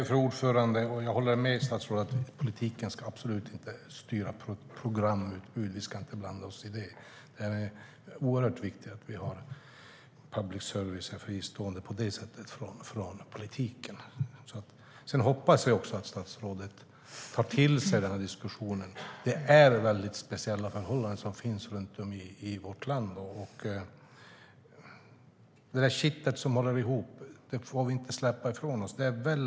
Fru talman! Jag håller med statsrådet om att politiken absolut inte ska styra programutbudet. Vi ska inte blanda oss i det. Det är oerhört viktigt att public service är fristående på det sättet från politiken. Sedan hoppas jag att statsrådet tar till sig den här diskussionen. Det är väldigt speciella förhållanden runt om i vårt land. Kittet som håller ihop får vi inte släppa ifrån oss.